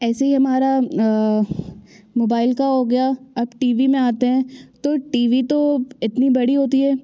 ऐसे ही हमारा मोबाइल का हो गया अब टी वी में आते हैं तो टी वी तो इतनी बड़ी होती है